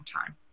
time